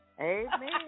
Amen